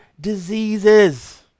diseases